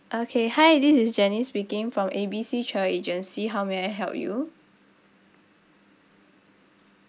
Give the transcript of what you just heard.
okay hi this is janice speaking from A B C travel agency how may I help you